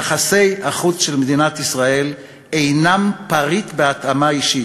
יחסי החוץ של מדינת ישראל אינם פריט בהתאמה אישית,